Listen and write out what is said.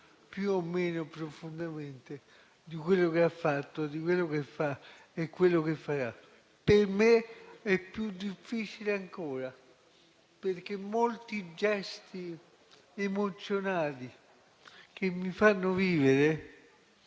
più o meno profondamente, di quello che ha fatto, di quello che fa e di quello che farà. Per me è più difficile ancora, perché molti gesti emozionali mi fanno vivere